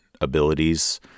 abilities